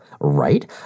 Right